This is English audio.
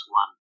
one